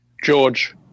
George